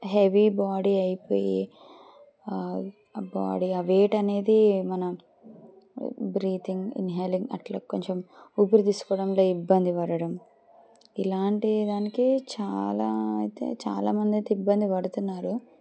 heavy body అయిపోయి body ఆ weight అనేది మన బ్రీతింగ్ ఇన్హేలింగ్ అట్లా కొంచెం ఊపిరి తీసుకోవడం లే ఇబ్బంది పడడం ఇలాంటి దానికి చాలా అయితే చాలామంది అయితే ఇబ్బంది పడుతున్నారు